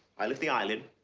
i lift the eyelid